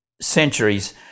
centuries